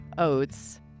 oats